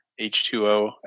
H2O